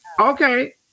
Okay